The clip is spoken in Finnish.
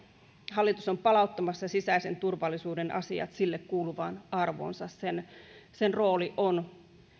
hallitus on palauttamassa sisäisen turvallisuuden asiat sille kuuluvaan arvoonsa sen sen rooli on